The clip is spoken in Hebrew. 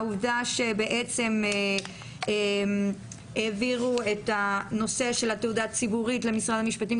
העובדה שבעצם העבירו את הנושא של התעודה הציבורית למשרד המשפטים,